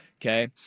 Okay